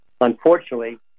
unfortunately